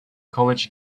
college